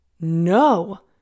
No